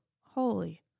Holy